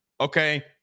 okay